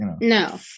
No